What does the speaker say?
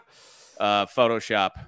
photoshop